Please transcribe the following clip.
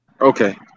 Okay